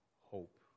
hope